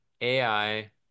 ai